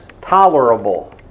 tolerable